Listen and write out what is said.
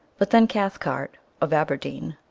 but then cathcart, of aberdeen,